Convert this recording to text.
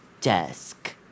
desk